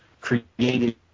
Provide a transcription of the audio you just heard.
created